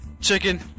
Chicken